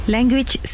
Language